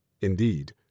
Indeed